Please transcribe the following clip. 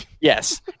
Yes